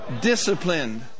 disciplined